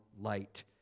light